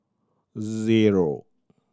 zero